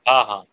हा हा